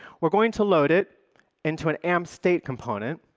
we're going to load it into an amp state component,